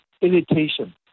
irritation